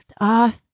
off